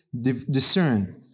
discern